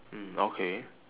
mm okay